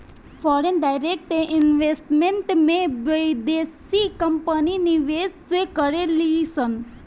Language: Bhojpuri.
फॉरेन डायरेक्ट इन्वेस्टमेंट में बिदेसी कंपनी निवेश करेलिसन